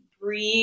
breathe